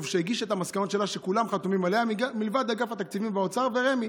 הגישה את המסקנות שלה שכולם חתומים עליהן מלבד אגף התקציבים באוצר ורמ"י.